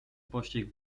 pościg